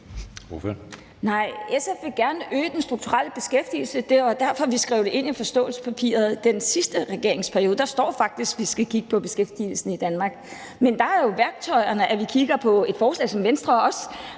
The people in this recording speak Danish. SF vil gerne øge den strukturelle beskæftigelse. Det var derfor, vi skrev det ind i forståelsespapiret i den sidste regeringsperiode. Der står faktisk, at vi skal kigge på beskæftigelsen i Danmark. Men der er værktøjerne jo, at vi kigger på et forslag, som Venstre også